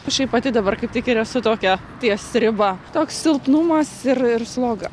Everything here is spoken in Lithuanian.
šiaip pati dabar kaip tik ir esu tokia ties riba toks silpnumas ir ir sloga